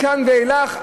מכאן ואילך,